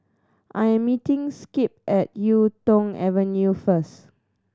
I'm meeting Skip at Yuk Tong Avenue first